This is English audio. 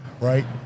right